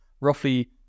Roughly